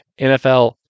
nfl